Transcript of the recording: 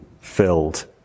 filled